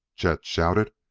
chet shouted,